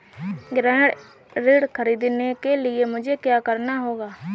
गृह ऋण ख़रीदने के लिए मुझे क्या करना होगा?